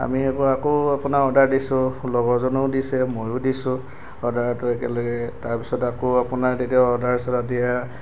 আমি সেইবোৰ আকৌ আপোনাৰ অৰ্ডাৰ দিছো লগৰজনেও দিছে ময়ো দিছো অৰ্ডাৰটো একেলগে তাৰপিছত আকৌ আপোনাৰ তেতিয়া অৰ্ডাৰ চৰ্ডাৰ দিয়া